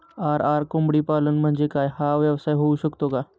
RR कोंबडीपालन म्हणजे काय? हा व्यवसाय होऊ शकतो का?